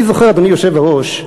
אני זוכר, אדוני היושב-ראש,